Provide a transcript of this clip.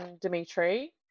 Dimitri